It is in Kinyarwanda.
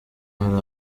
hari